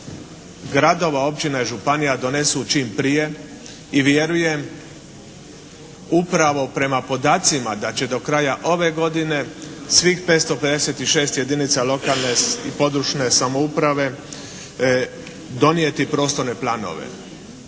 gradova, općina i županija donesu čim prije i vjerujem upravo prema podacima da će do kraja ove godine svih 556 jedinica lokalne i područne samouprave donijeti prostorne planove.